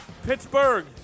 Pittsburgh